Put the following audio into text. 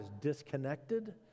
disconnected